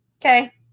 Okay